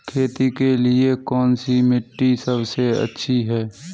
खेती के लिए कौन सी मिट्टी सबसे अच्छी है?